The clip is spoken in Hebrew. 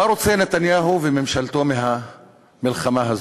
מה רוצים נתניהו וממשלתו מהמלחמה הזאת?